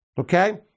Okay